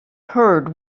heard